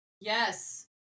yes